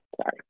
Sorry